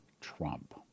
Trump